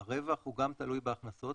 הרווח הוא גם תלוי בהכנסות,